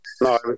No